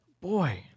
boy